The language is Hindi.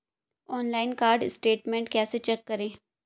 ऑनलाइन कार्ड स्टेटमेंट कैसे चेक करें?